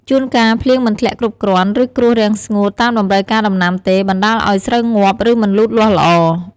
ជួនកាលភ្លៀងមិនធ្លាក់គ្រប់គ្រាន់ ឬ គ្រោះរាំងស្ងួត តាមតម្រូវការដំណាំទេ បណ្ដាលឱ្យស្រូវងាប់ ឬមិនលូតលាស់ល្អ។